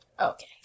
Okay